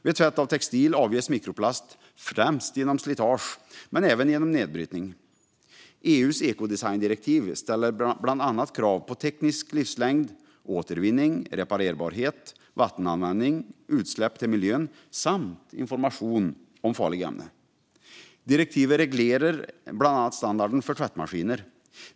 Vid tvätt av textil avges mikroplast främst genom slitage, men även genom nedbrytning. EU:s ekodesigndirektiv ställer krav på bland annat teknisk livslängd, återvinning, reparerbarhet, vattenanvändning, utsläpp till miljön samt information om farliga ämnen. Direktivet reglerar bland annat standarden för tvättmaskiner.